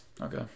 okay